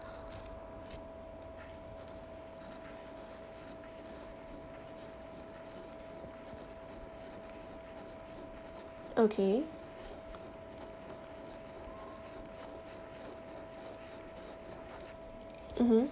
okay mmhmm